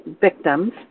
victims